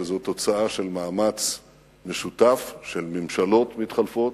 שזאת תוצאה של מאמץ משותף של ממשלות מתחלפות,